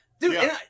dude